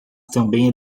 também